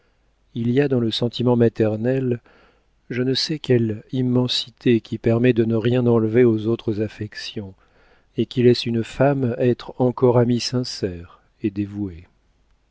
il y a dans le sentiment maternel je ne sais quelle immensité qui permet de ne rien enlever aux autres affections et qui laisse une femme être encore amie sincère et dévouée